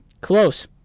close